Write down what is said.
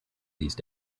these